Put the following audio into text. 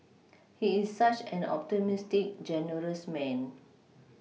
he is such an optimistic generous man